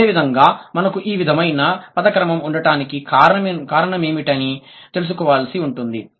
అదేవిధంగా మనకు ఈ విధమైన పద క్రమం ఉండటానికి కారణమేమిటని తెలుసుకోవాల్సి ఉంటుంది